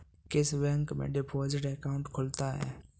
किस बैंक में deposit account खुलता है?